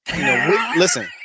Listen